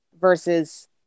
versus